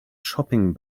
shopping